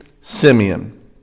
Simeon